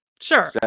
sure